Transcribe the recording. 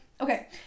Okay